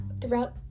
throughout